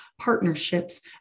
partnerships